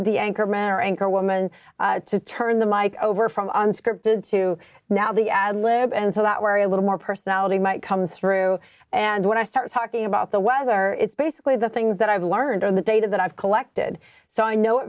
the anchorman or anchor woman to turn the mike over from unscripted to now the ad lib and so that we're a little more personality might come through and when i start talking about the weather it's basically the things that i've learned on the data that i've collected so i know